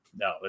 no